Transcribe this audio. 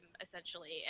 essentially